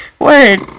Word